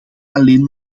alleen